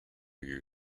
you